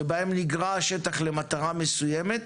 שבהם נגרע השטח למטרה מסוימת,